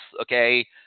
okay